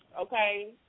okay